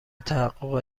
تحقق